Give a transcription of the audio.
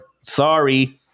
sorry